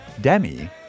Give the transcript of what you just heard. Demi